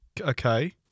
Okay